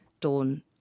dawn